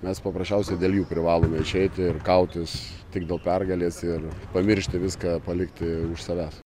mes paprasčiausiai dėl jų privalome išeiti ir kautis tik dėl pergalės ir pamiršti viską palikti už savęs